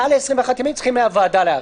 מעל 21 ימים, צריך מהוועדה להאריך.